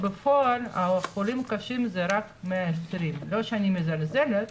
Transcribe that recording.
בפועל החולים הקשים זה רק 120. לא שאני מזלזלת,